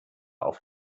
auf